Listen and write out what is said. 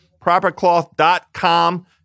propercloth.com